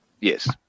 Yes